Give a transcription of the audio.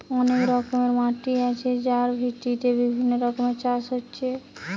অনেক রকমের মাটি আছে যার ভিত্তিতে বিভিন্ন রকমের চাষ হচ্ছে